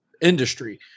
industry